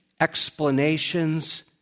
explanations